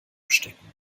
stecken